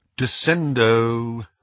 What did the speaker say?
Descendo